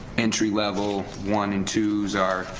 entry level one and twos are